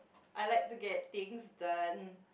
I like to get things done